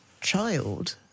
child